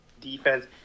defense